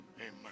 amen